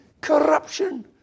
corruption